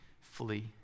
flee